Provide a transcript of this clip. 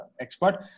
expert